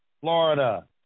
Florida